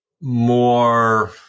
more